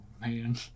man